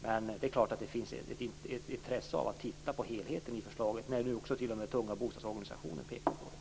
Men det är klart att det finns ett intresse av att se på helheten i förslaget när nu t.o.m. tunga bostadsorganisationer gör det.